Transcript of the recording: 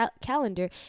calendar